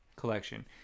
collection